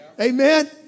Amen